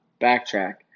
Backtrack